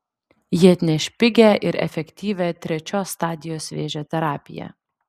ji atneš pigią ir efektyvią trečios stadijos vėžio terapiją